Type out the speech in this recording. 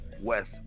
West